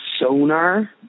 sonar